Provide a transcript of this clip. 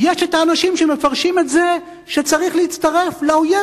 יש אנשים שמפרשים את זה שצריך להצטרף לאויב,